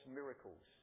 miracles